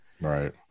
Right